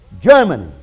Germany